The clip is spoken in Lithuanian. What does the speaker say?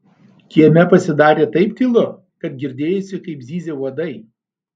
kieme pasidarė taip tylu kad girdėjosi kaip zyzia uodai